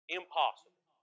impossible